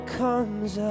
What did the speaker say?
comes